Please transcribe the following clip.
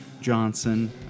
Johnson